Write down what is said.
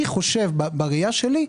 אני חושב בראייה שלי,